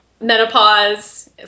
menopause